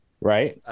right